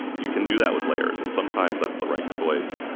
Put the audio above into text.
you can do that with layers, and sometimes that's the right choice,